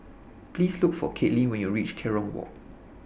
Please Look For Caitlin when YOU REACH Kerong Walk